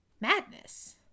madness